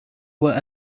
were